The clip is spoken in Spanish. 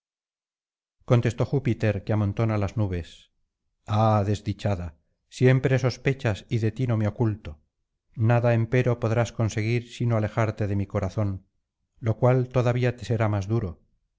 contestó júpiter que amontona las nubes ah desdichada siempre sospechas y de ti no me oculto nada empero podrás conseguir sino alejarte de mi corazón lo cual todavía te será más duro